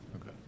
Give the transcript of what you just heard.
Okay